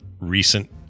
recent